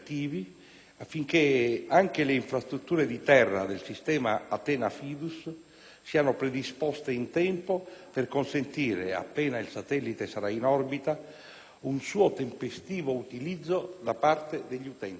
affinché anche le infrastrutture di terra del sistema ATHENA-FIDUS siano predisposte in tempo per consentire, appena il satellite sarà in orbita, un suo tempestivo utilizzo da parte degli utenti.